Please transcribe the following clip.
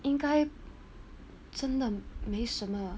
应该真的没什么